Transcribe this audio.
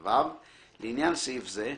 (ו) לעניין סעיף זה,